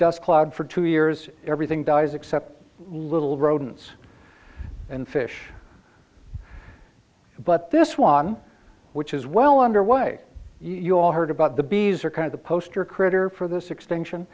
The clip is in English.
dust cloud for two years everything dies except little rodents and fish but this one which is well underway you all heard about the bees are kind of the poster critter for this extinction